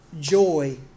joy